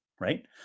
right